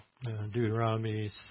Deuteronomy